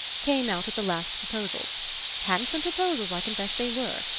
came out with the last proposals handsome proposals i confess they were.